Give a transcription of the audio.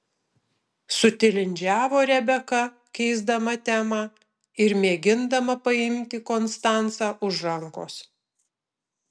sutilindžiavo rebeka keisdama temą ir mėgindama paimti konstancą už rankos